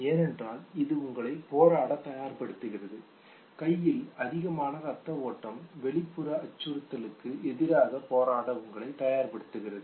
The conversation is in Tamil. ஏனென்றால் இது உங்களை போராடத் தயார்படுத்துகிறது கையில் அதிகமான ரத்த ஓட்டம் வெளிப்புற அச்சுறுத்தலுக்கு எதிராக போராட உங்களை தயார்படுத்துகிறது